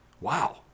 Wow